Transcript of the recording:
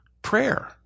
Prayer